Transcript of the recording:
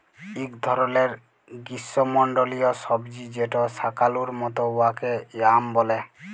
ইক ধরলের গিস্যমল্ডলীয় সবজি যেট শাকালুর মত উয়াকে য়াম ব্যলে